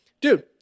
dude